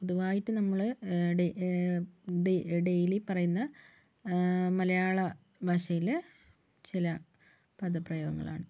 പൊതുവായിട്ട് നമ്മള് ഡെ ദേ ഡെയിലി പറയുന്ന മലയാളം ഭാഷയിലെ ചില പദപ്രയോഗങ്ങളാണ്